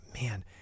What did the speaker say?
man